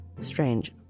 strange